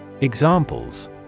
Examples